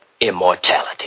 immortality